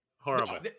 Horrible